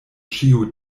ĉiu